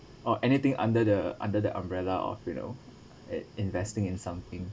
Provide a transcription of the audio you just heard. or anything under the under the umbrella of you know at investing in something